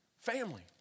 family